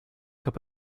cup